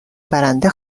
برنده